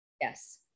Yes